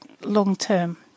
long-term